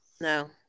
no